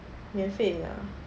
免费的